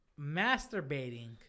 masturbating